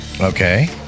Okay